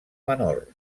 menor